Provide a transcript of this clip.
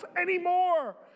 anymore